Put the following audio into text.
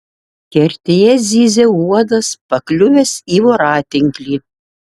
kertėje zyzė uodas pakliuvęs į voratinklį